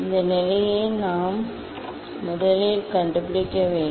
இந்த நிலையை நாம் முதலில் கண்டுபிடிக்க வேண்டும்